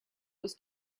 was